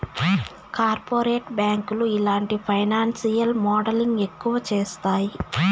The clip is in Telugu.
కార్పొరేట్ బ్యాంకులు ఇలాంటి ఫైనాన్సియల్ మోడలింగ్ ఎక్కువ చేత్తాయి